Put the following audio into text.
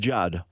Judd